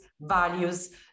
values